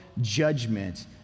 judgment